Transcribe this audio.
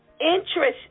Interest